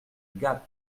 gap